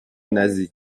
nazie